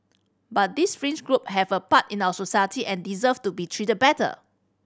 but these fringe group have a part in our society and deserve to be treated better